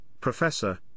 professor